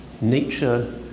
nature